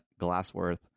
Glassworth